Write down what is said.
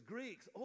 Greeks